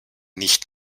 nicht